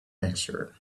answered